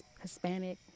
Hispanic